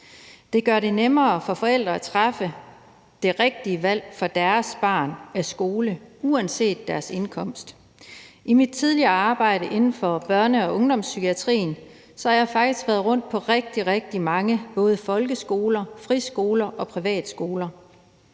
Det gør det nemmere for forældre at træffe det rigtige valg af skole for deres barn uanset deres indkomst. I mit tidligere arbejde inden for børne- og ungdomspsykiatrien har jeg faktisk været rundt på rigtig, rigtig mange både folkeskoler, friskoler og privatskoler,